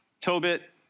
Tobit